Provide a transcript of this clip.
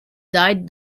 died